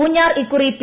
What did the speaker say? പൂഞ്ഞാർ ഇക്കുറി പി